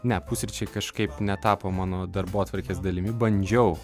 ne pusryčiai kažkaip netapo mano darbotvarkės dalimi bandžiau